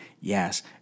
Yes